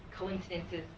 Coincidences